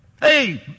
hey